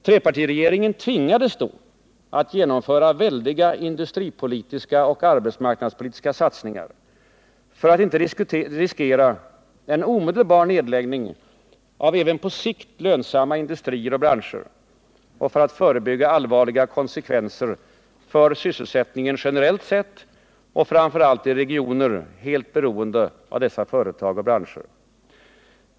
Trepartiregeringen tvingades då att genomföra väldiga industripolitiska och arbetsmarknadspolitiska satsningar för att inte riskera en omedelbar nedläggning av även på sikt lönsamma industrier och branscher och för att förebygga allvarliga konsekvenser för sysselsättningen generellt sett och framför allt i regioner helt beroende av dessa företag och branscher.